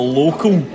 local